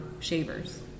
Shavers